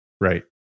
Right